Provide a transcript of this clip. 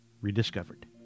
rediscovered